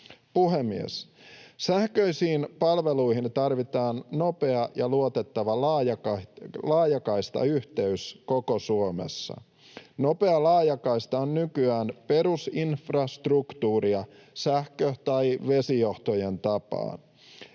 Puhemies! Sähköisiin palveluihin tarvitaan nopea ja luotettava laajakaistayhteys koko Suomessa. Nopea laajakaista on nykyään perusinfrastruktuuria sähkö- tai vesijohtojen tapaan.